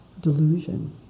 delusion